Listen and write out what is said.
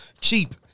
cheap